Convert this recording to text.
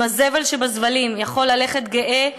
אם הזבל שבזבלים יכול ללכת גאה,